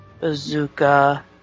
bazooka